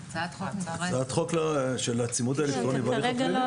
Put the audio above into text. הצעת חוק של הצימוד האלקטרוני בהליך הפלילי.